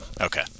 Okay